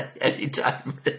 Anytime